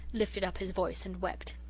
lifted up his voice and wept.